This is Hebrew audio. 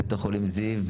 בית החולים זיו,